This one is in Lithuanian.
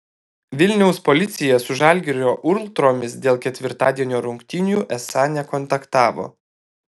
vilniaus policija su žalgirio ultromis dėl ketvirtadienio rungtynių esą nekontaktavo